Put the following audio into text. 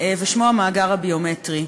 ושמו המאגר הביומטרי.